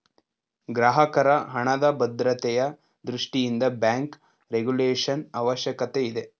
ಗ್ರಾಹಕರ ಹಣದ ಭದ್ರತೆಯ ದೃಷ್ಟಿಯಿಂದ ಬ್ಯಾಂಕ್ ರೆಗುಲೇಶನ್ ಅವಶ್ಯಕತೆ ಇದೆ